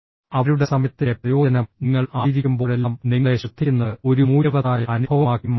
അവരുടെ സമയത്തിൻറെ പ്രയോജനം നിങ്ങൾ ആയിരിക്കുമ്പോഴെല്ലാം നിങ്ങളെ ശ്രദ്ധിക്കുന്നത് ഒരു മൂല്യവത്തായ അനുഭവമാക്കി മാറ്റുന്നു